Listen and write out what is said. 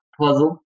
puzzle